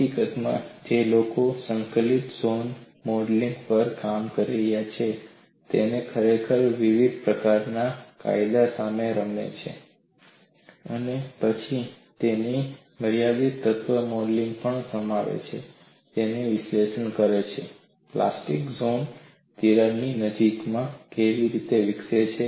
હકીકતમાં જે લોકો સંકલિત ઝોન મોડેલિંગ પર કામ કરે છે તેઓ ખરેખર વિવિધ પ્રકારના કાયદા સાથે રમે છે અને પછી તેને મર્યાદિત તત્વ મોડેલિંગમાં પણ સમાવે છે અને વિશ્લેષણ કરે છે પ્લાસ્ટિક ઝોન તિરાડની નજીકમાં કેવી રીતે વિકસે છે